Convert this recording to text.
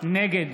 נגד